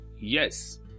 Yes